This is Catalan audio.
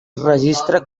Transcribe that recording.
registra